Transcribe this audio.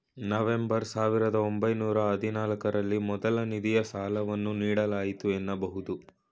November ಸಾವಿರದ ಒಂಬೈನೂರ ಹದಿನಾಲ್ಕು ರಲ್ಲಿ ಮೊದಲ ನಿಧಿಯ ಸಾಲವನ್ನು ನೀಡಲಾಯಿತು ಎನ್ನಬಹುದು